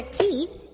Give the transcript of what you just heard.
teeth